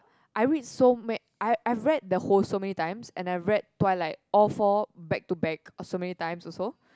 I read so mad I I've read the whole so many times and I read Twilight all four back to back of so many times also